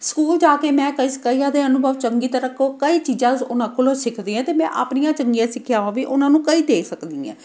school ਜਾ ਕੇ ਮੈਂ ਕਸ ਕਈਆਂ ਦੇ ਅਨੁਭਵ ਚੰਗੀ ਤਰ੍ਹਾਂ ਕੋ ਕਈ ਚੀਜ਼ਾਂ ਉਹਨਾਂ ਕੋਲੋਂ ਸਿੱਖਦੀ ਹਾਂ ਅਤੇ ਮੈਂ ਆਪਣੀਆਂ ਚੰਗੀਆਂ ਸਿੱਖਿਆਵਾਂ ਵੀ ਉਹਨਾਂ ਨੂੰ ਕਈ ਦੇ ਸਕਦੀ ਹਾਂ